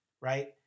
Right